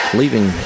leaving